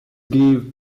gave